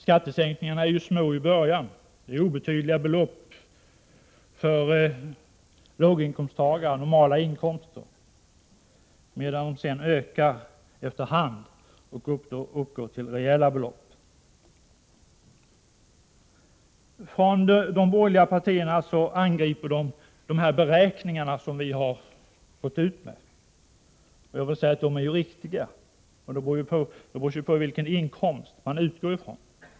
Skattesänkningarna blir obetydliga för låginkomsttagare och människor med normala inkomster, men sedan ökar de efter hand och uppgår i högre inkomstlägen till rejäla belopp. De borgerliga partierna angriper de beräkningar som vi har gått ut med. Jag vill säga att beräkningarna är riktiga — vad man kommer fram till beror ju på vilken inkomst man utgår ifrån.